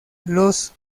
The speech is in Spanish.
los